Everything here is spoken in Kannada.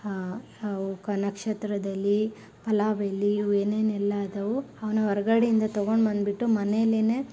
ಹಾ ಅವಕ್ಕೆ ನಕ್ಷತ್ರದ ಎಲೆ ಪಲಾವು ಎಲೆ ಇವು ಏನೇನೆಲ್ಲ ಅದಾವು ಅವನ್ನ ಹೊರ್ಗಡೆಯಿಂದ ತಗೊಂಡು ಬಂದ್ಬಿಟ್ಟು ಮನೆಯಲ್ಲೆನೆ